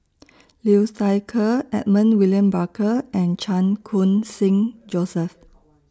Liu Thai Ker Edmund William Barker and Chan Khun Sing Joseph